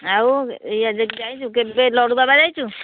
ଆଉ ଇଆଡ଼େ ଯାଇଛୁ କେବେ ଲଡ଼ୁବାବା ଯାଇଛୁ